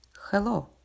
Hello